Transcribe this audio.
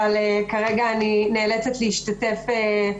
אבל כרגע אני נאלצת להשתתף בזום.